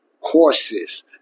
courses